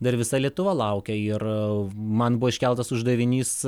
dar visa lietuva laukia ir man buvo iškeltas uždavinys